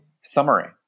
summary